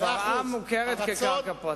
שפרעם מוכרת כקרקע פרטית.